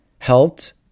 helped